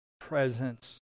presence